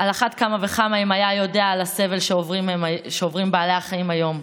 על אחת כמה וכמה אם היה יודע על הסבל שעוברים בעלי החיים היום.